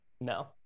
No